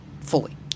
fully